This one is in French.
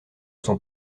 sont